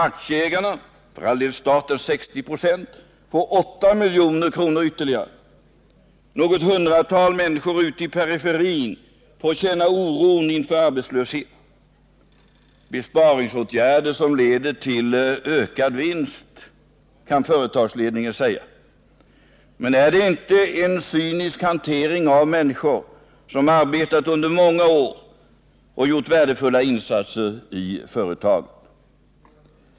Aktieägarna — för all del staten med 60 96 — får 8 milj.kr. ytterligare. Något hundratal människor ute i periferin får känna oron inför arbetslöshet. Det är besparingsåtgärder som leder till ökad vinst, kan företagsledningen säga. Men är inte detta en cynisk hantering av människor som under många år gjort värdefulla insatser i företaget?